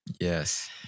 Yes